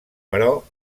però